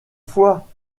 foi